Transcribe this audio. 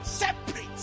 separate